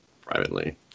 privately